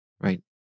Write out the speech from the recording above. Right